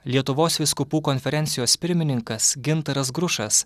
lietuvos vyskupų konferencijos pirmininkas gintaras grušas